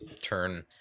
turn